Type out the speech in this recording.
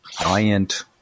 giant